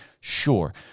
Sure